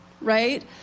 Right